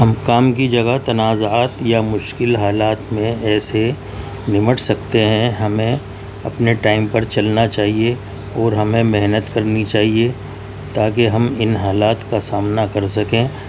ہم کام کی جگہ تنازعات یا مشکل حالات میں ایسے نمٹ سکتے ہیں ہمیں اپنے ٹائم پر چلنا چاہیے اور ہمیں محنت کرنی چاہیے تاکہ ہم ان حالات کا سامنا کر سکیں